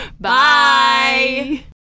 Bye